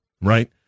right